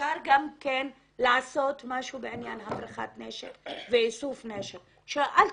אפשר גם לעשות משהו בעניין הברחת נשק ואיסוף נשק.